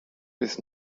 bis